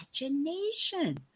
imagination